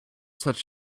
such